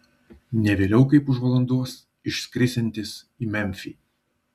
ne vėliau kaip už valandos išskrisiantis į memfį